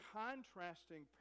contrasting